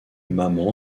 maman